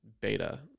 beta